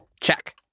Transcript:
Check